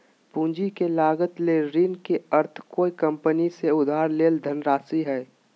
पूंजी के लागत ले ऋण के अर्थ कोय कंपनी से उधार लेल धनराशि हइ